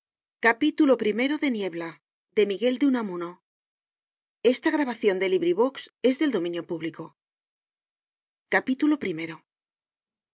don miguel de unamuno aparte de